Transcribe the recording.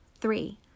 three